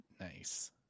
nice